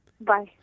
Bye